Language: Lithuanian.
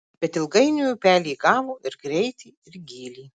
bet ilgainiui upelė įgavo ir greitį ir gylį